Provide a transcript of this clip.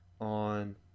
on